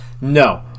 No